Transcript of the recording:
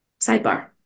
sidebar